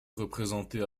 représentés